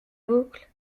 boucles